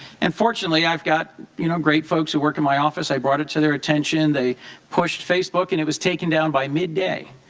unfortunately i have you know great folks who work in my office, i brought it to their attention they pushed facebook and it was taken down by mid day.